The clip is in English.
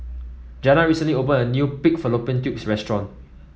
Jana recently opened a new Pig Fallopian Tubes restaurant